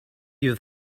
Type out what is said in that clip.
you